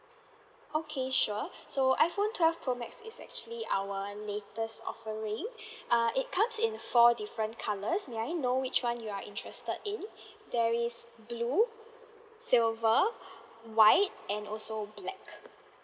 okay sure so iphone twelve pro max is actually our latest offering uh it comes in four different colours may I know which one you are interested in there is blue silver white and also black